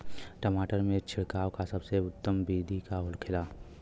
टमाटर में छिड़काव का सबसे उत्तम बिदी का होखेला?